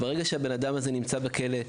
ברגע שהבן אדם הזה נמצא בכלא,